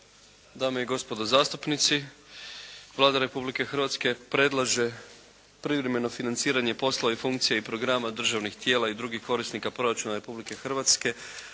Dame i gospodo zastupnici, Vlada Republike Hrvatske predlaže privremeno financiranje poslova i funkcije i programa državnih tijela i drugih korisnika proračuna Republike Hrvatske